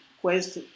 quest